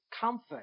comfort